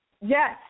Yes